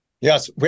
Yes